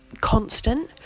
constant